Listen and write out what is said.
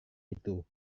itu